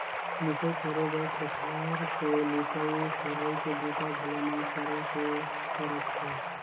मिंसई करे बर कोठार के लिपई, खरही के बूता घलो नइ करे के परत हे